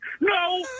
No